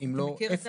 אם לא אפס.